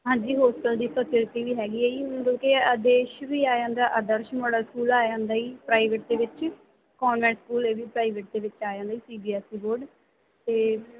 ਹਾਂਜੀ ਹੋਸਟਲ ਦੀ ਫਸਿਲਟੀ ਵੀ ਹੈਗੀ ਹੈ ਜੀ ਮਤਲਬ ਕਿ ਆਦੇਸ਼ ਵੀ ਆ ਜਾਂਦਾ ਆਦਰਸ਼ ਮਾਡਲ ਸਕੂਲ ਆ ਜਾਂਦਾ ਜੀ ਪ੍ਰਾਈਵੇਟ ਦੇ ਵਿੱਚ ਕੋਂਨਵੈਂਟ ਸਕੂਲ ਇਹ ਵੀ ਪ੍ਰਾਈਵੇਟ ਦੇ ਵਿੱਚ ਆ ਜਾਂਦਾ ਜੀ C B S E board ਅਤੇ